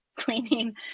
cleaning